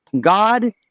God